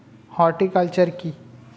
Horticulture কি?